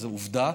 זאת עובדה,